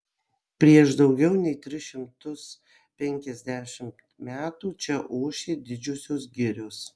prieš daugiau nei tris šimtus penkiasdešimt metų čia ošė didžiosios girios